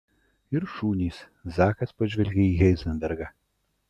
ir šunys zakas pažvelgė į heizenbergą